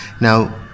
Now